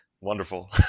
Wonderful